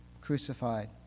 crucified